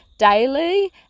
daily